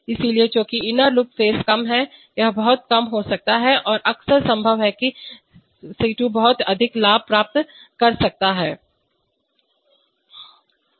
इसलिए चूंकि inner loop phase कम है यह बहुत कम हो सकता है यह अक्सर संभव है कि C 2 बहुत अधिक लाभ प्राप्त कर सकता है